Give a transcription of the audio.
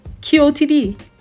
QOTD